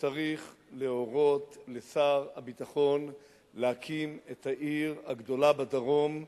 שצריך להורות לשר הביטחון להקים את העיר הגדולה בדרום.